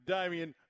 Damien